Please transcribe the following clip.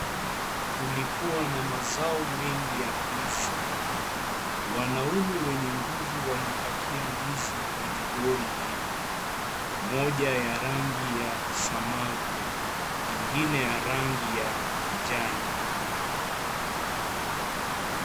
Kulikuwa na mazao mengi ya ndizi. Wanaume wenye nguvu walipakia ndizi kwenye lori mbili. Moja ya rangi ya Samawi, nyingine ya rangi ya kijani.